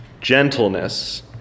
gentleness